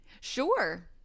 Sure